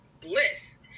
Bliss